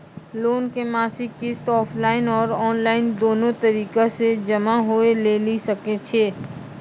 Loan के मासिक किस्त ऑफलाइन और ऑनलाइन दोनो तरीका से जमा होय लेली सकै छै?